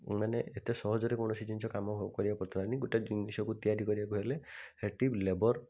ମାନେ ଏତେ ସହଜରେ କୌଣସି ଜିନିଷ କାମ କରିବାକୁ ପଡ଼ୁଥିଲାନି ଗୋଟେ ଜିନିଷକୁ ତିଆରି କରିବାକୁ ହେଲେ ଏଇଠି ଲେବର୍